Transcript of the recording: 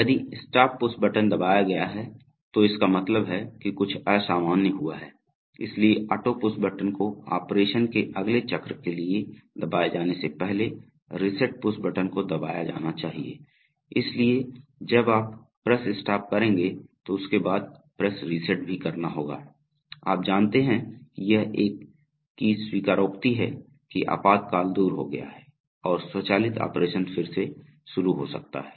यदि stop push button दबाया गया है तो इसका मतलब है कि कुछ असामान्य हुआ है इसलिए ऑटो पुश बटन को ऑपरेशन के अगले चक्र के लिए दबाए जाने से पहले रीसेट पुश बटन को दबाया जाना चाहिए इसलिए जब आप प्रेस स्टॉप करेंगे तो उसके बाद प्रेस रिसेट भी करना होगा आप जानते हैं कि यह एक तरह की स्वीकारोक्ति है कि आपातकाल दूर हो गया है और स्वचालित ऑपरेशन फिर से शुरू हो सकता है